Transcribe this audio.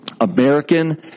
American